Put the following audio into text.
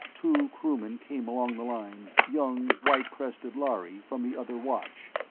two crewmen came along the line, young white-crested lhari from the other watch.